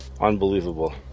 Unbelievable